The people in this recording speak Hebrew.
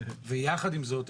יחד עם זאת,